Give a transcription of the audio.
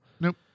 Nope